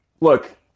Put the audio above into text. look